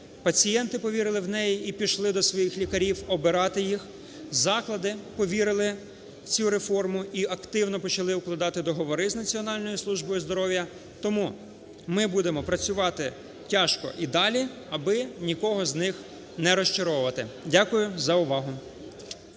пацієнти повірили в неї і пішли до своїх лікарів обирати їх, заклади повірили в цю реформу і активно почали укладати договори з Національною службою здоров'я. Тому ми будемо працювати тяжко і далі, аби нікого з них не розчаровувати. Дякую за увагу.